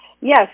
Yes